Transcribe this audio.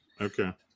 Okay